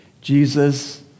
Jesus